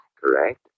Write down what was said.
Correct